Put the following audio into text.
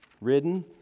ridden